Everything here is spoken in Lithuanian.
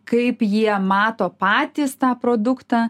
kaip jie mato patys tą produktą